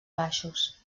baixos